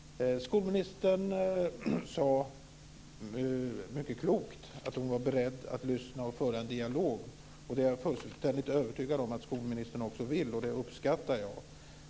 Skolministern sade, mycket klokt, att hon är beredd att lyssna och föra en dialog. Det är jag fullständigt övertygad om att skolministern vill och det uppskattar jag.